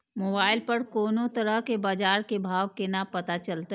Mobile पर कोनो तरह के बाजार के भाव केना पता चलते?